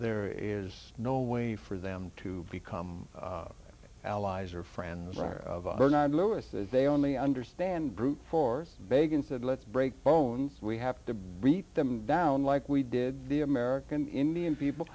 there is no way for them to become allies or friends are of lowest they only understand brute force begun said let's break bones we have to brief them down like we did the american indian people